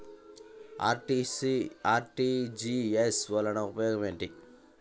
RTGS వలన ఉపయోగం ఏమిటీ?